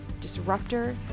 disruptor